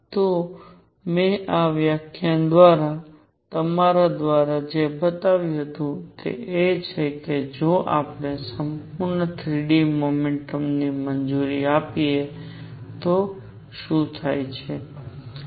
તો મેં આ વ્યાખ્યાન દ્વારા તમારા દ્વારા જે બતાવ્યું છે તે એ છે કે જો આપણે સંપૂર્ણ 3 d મોમેન્ટમ ની મંજૂરી આપીએ તો શું થાય છે